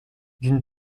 d’une